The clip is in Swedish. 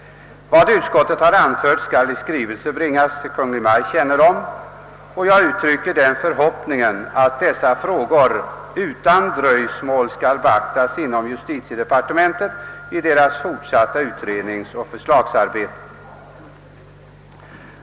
Vad utskottet sålunda anfört skall i skrivelse bringas till Kungl. Maj:ts kännedom. Jag uttrycker den förhoppningen att dessa frågor utan dröjsmål skall beaktas inom justitiedepartementet vid dess fortsatta utredningsoch förslagsarbete.